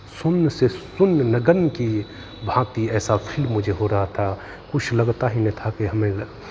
शून्य से शून्य नगण्य की भांति ऐसा फील मुझे हो रहा था कुछ लगता ही नहीं था कि हमें